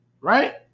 Right